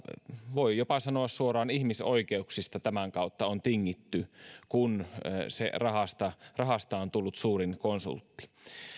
voi jopa sanoa suoraan ihmisoikeuksista on tingitty tämän kautta kun rahasta rahasta on tullut suurin konsultti